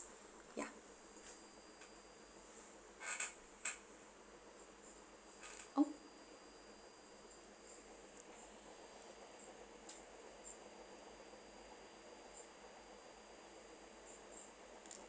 ya